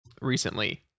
recently